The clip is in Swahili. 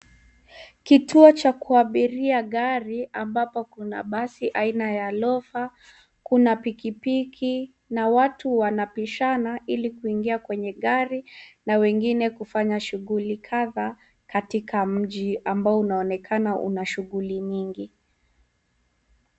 Kituo cha kuabiria gari ambapo kuna basi aina ya lofa, kuna pikipiki na watu wanapishana ili kuingia kwenye gari na wengine kufanya shughuli kadha katika mji ambao unaonekana una shughuli nyingi.